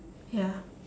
ya